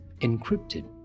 encrypted